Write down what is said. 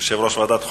יושב-ראש ועדת החוקה,